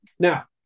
Now